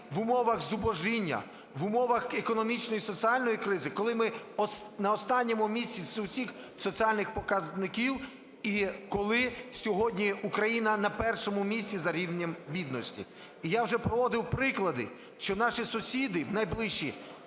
в умовах зубожіння, в умовах економічної і соціальної кризи, коли ми на останньому місці з усіх соціальних показників і коли сьогодні Україна на першому місці за рівнем бідності. І я вже приводив приклади, що наші сусіди найближчі